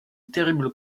terrible